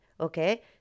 okay